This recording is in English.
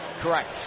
Correct